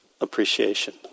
appreciation